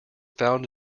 found